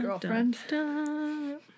girlfriend